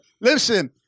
listen